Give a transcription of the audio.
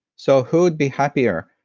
so, who would be happier?